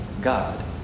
God